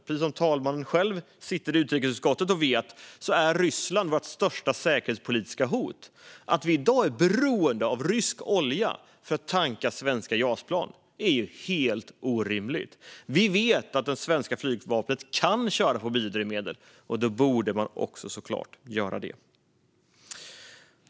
Precis som talmannen, som sitter i utrikesutskottet, själv vet är Ryssland vårt största säkerhetspolitiska hot. Att vi i dag är beroende av rysk olja för att tanka svenska Jasplan är ju helt orimligt. Vi vet att det svenska flygvapnet kan köra på biodrivmedel, och då borde man såklart också göra det.